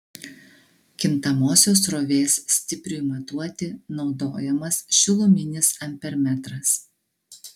kintamosios srovės stipriui matuoti naudojamas šiluminis ampermetras